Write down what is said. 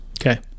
Okay